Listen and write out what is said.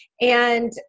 And-